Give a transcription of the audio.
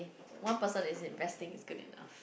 one person is investing is good enough